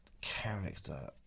character